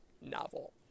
novel